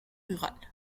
rurales